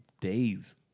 days